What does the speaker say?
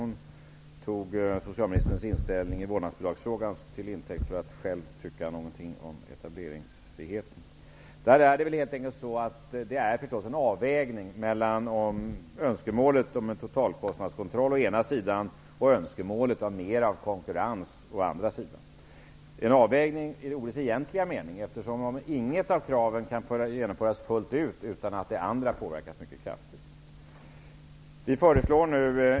Hon tog socialministerns inställning i vårdnadsbidragsfrågan som intäkt för att själv ha en åsikt om etableringsfriheten. Det görs naturligtvis en avvägning mellan å ena sidan önskemålet om totalkostnadskontroll och å andra sidan önskemålet om mera av konkurrens. Det sker alltså en avvägning i ordets egentliga mening, eftersom inget av önskemålen kan uppfyllas fullt ut utan att det andra önskemålet påverkas mycket kraftigt.